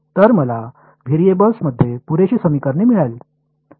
तर मला व्हेरिएबल्स मध्ये पुरेशी समीकरणे मिळाली